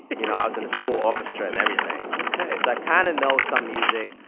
you know, i was in the school orchestra and everything ok so i kind of know some music.